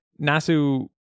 nasu